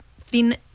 thin